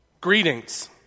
Greetings